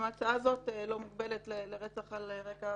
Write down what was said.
גם ההצעה הזאת לא מוגבלת לרצח על רקע